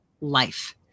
life